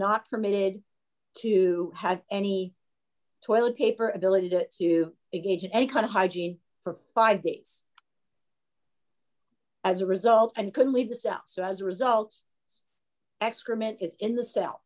not permitted to have any toilet paper ability to to gauge any kind of hygiene for five days as a result and couldn't leave the cell so as a result excrement is in the